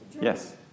Yes